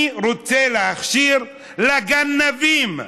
אני רוצה להכשיר לגנבים,